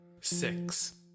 six